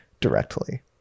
directly